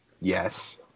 Yes